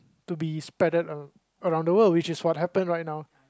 to be spreaded a around the world which is what happen right now